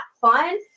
fun